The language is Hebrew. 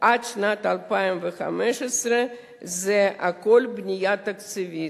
עד שנת 2015. זה הכול בנייה תקציבית.